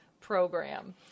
program